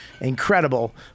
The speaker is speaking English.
incredible